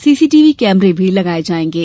CCTV कैमरे भी लगाये जाएंगे